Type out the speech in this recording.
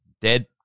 Dead